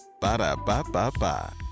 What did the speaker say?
Ba-da-ba-ba-ba